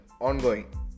ongoing